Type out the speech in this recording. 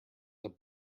there